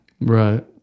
right